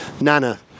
Nana